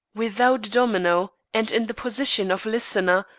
without a domino, and in the position of listener,